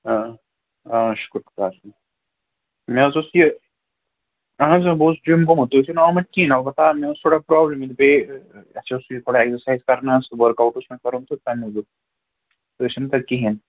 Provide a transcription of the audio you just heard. آ آ شُکُر خۄدایَس کُن مےٚ حظ اوس یہِ اَہَن حظ بہٕ اوسُس جِم گوٚمُت تُہۍ ٲسِو نہٕ آمُت کِہیٖنٛۍ البتہ مےٚ اوس تھوڑا پرٛابلِم ییٚتہِ بیٚیہِ اَسہِ اوس یہِ تھوڑا اٮ۪کزَرسایز کَرنہِ حظ ؤرٕک آوُٹ اوس مےٚ کَرُن تہٕ تَمہِ موٗجوٗب تُہۍ ٲسِو نہٕ تَتھ کِہیٖنٛۍ